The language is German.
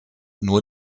nur